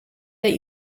that